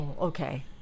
Okay